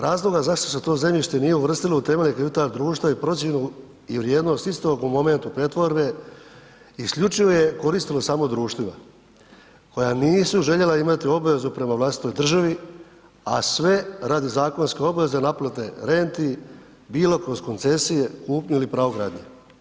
Razloga zašto se to zemljište nije uvrstilo u temelje … društva i procjenu i vrijednost istog u momentu pretvorbe isključivo je koristilo samo društvima koja nisu željela imati obvezu prema vlastitoj državi, a sve radi zakonske obveze, naplate renti bilo kroz koncesije, kupnju ili pravo gradnje.